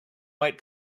white